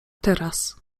teraz